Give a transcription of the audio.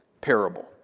parable